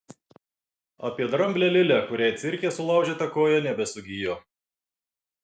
apie dramblę lilę kuriai cirke sulaužyta koja nebesugijo